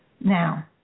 Now